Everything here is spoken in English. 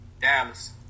Dallas